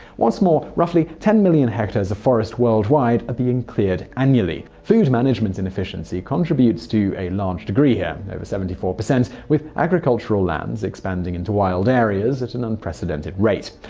what's more, roughly ten million hectares of forest worldwide are being cleared annually. food management inefficiency contributes to a large degree here seventy four percent with agricultural lands expanding into wild areas at an unprecedented rate.